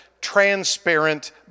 transparent